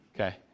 Okay